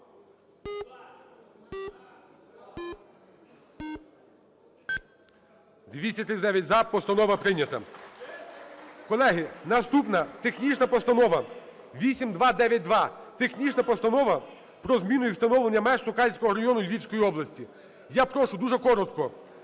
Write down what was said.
За-239 Постанова прийнята. Колеги, наступна - технічна постанова 8292, технічна постанова про зміну і встановлення меж Сокальського району Львівської області. Я прошу дуже коротко.